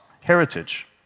heritage